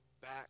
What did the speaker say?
back